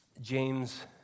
James